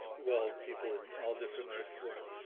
well, people in all different art forms.